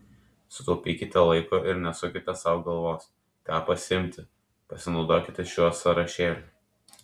sutaupykite laiko ir nesukite sau galvos ką pasiimti pasinaudokite šiuo sąrašėliu